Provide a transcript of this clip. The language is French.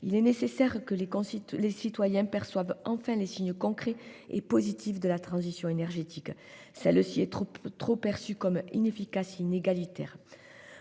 Il est nécessaire que les citoyens perçoivent enfin les signes concrets et positifs de la transition énergétique. Celle-ci est encore trop souvent perçue comme inefficace et inégalitaire.